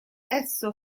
esso